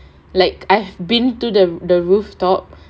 like I've been to the the rooftop